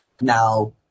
Now